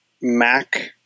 Mac